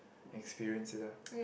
experience it lah